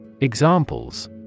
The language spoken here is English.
Examples